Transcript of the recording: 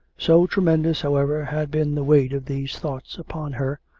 so tremendous, however, had been the weight of these thoughts upon her,